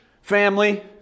family